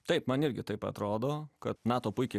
taip man irgi taip atrodo kad nato puikiai